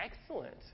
excellent